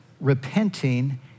repenting